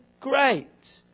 great